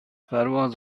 پرواز